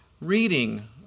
reading